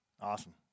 Awesome